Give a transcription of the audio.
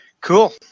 Cool